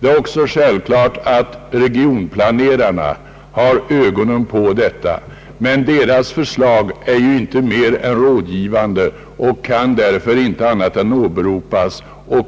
Det är också självklart att regionplanerarna har ögonen på detta, men deras förslag är ju inte mer än rådgivande och kan därför inte annat än åberopas. Om